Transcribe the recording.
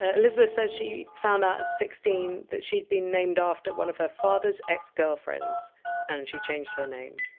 ah elizabeth says she found out at sixteen that she'd been named after one of her father's ex-girlfriends and she changed her name.